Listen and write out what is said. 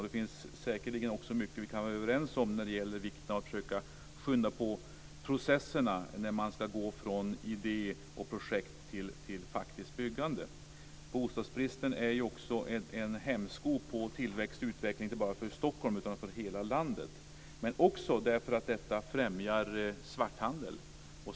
Det finns säkerligen också mycket vi kan vara överens om när det gäller vikten av att försöka skynda på processerna när man ska gå från idé och projekt till faktiskt byggande. Bostadsbristen är ju också en hämsko på tillväxt och utveckling inte bara för Stockholm utan för hela landet. Det är också så att detta främjar svarthandel.